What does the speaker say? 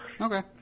Okay